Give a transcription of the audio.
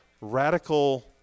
radical